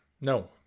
No